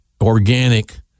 organic